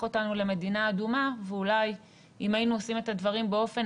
אותנו למדינה אדומה ואולי אם היינו עושים את הדברים באופן